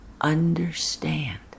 understand